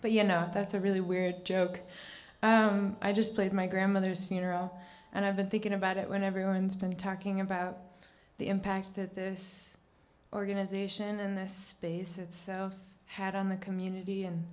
but you know that's a really weird joke i just played my grandmother's funeral and i've been thinking about it when everyone's been talking about the impact that this organization and the space itself had on the community and